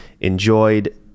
enjoyed